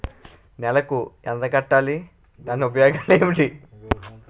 నెలకు ఎంత కట్టాలి? దాని ఉపయోగాలు ఏమిటి?